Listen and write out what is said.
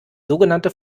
sogenannte